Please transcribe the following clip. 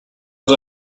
was